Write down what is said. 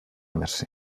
mercè